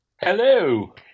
hello